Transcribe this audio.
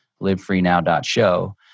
livefreenow.show